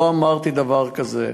לא אמרתי דבר כזה.